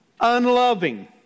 Unloving